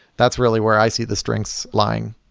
that's really where i see the strengths lying.